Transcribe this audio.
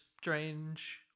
strange